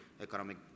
economic